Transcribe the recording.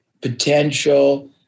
potential